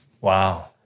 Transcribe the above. Wow